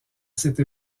cette